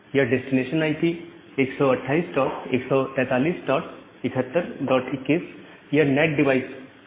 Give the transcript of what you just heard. यह destination IP 1281437121 यह NAT device से एसोसिएटेड है